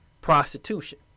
prostitution